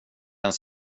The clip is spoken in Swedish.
ens